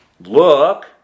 look